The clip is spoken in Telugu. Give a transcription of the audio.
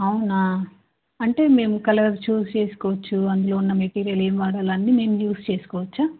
అవునా అంటే మేము కలర్ చూస్ చేసుకోవచ్చు అందులో ఉన్న మెటీరియల్ ఏం వాడాలో అన్నీ మేము చూస్ చేసుకోవచ్చా